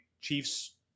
Chiefs